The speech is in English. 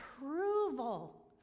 approval